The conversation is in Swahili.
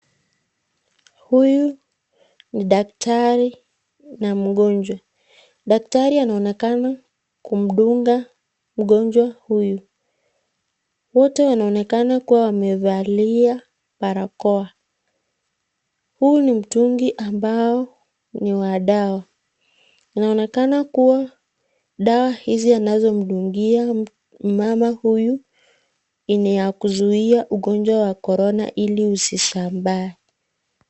Huyu ni daktari na mgonjwa. Daktari anaonekana kumdunga mgonjwa huyu, wote wanaonekana kuwa wamevalia barakoa. Huyu ni mtungi ambao ni wa dawa inaonekana kuwa dawa hizi anazomdungia mama huyu ni ya kuzuia ugonjwa wa korona ili usisambae.